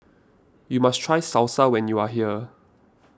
you must try Salsa when you are here